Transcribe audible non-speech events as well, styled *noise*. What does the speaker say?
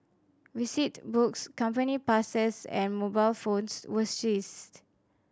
*unintelligible* books company passes and mobile phones were seized